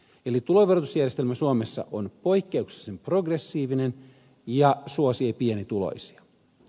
eli tuloverotusjärjestelmä suomessa on poikkeuksellisen progressiivinen ja suosii pienituloisia